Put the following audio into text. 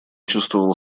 чувствовал